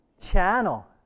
Channel